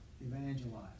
evangelize